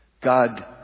God